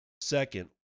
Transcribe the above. second